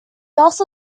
also